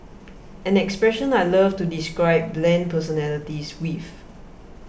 an expression I love to describe bland personalities with